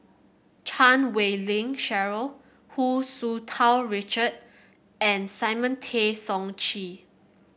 Chan Wei Ling Cheryl Hu Tsu Tau Richard and Simon Tay Seong Chee